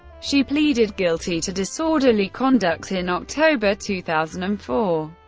she pleaded guilty to disorderly conduct in october two thousand and four.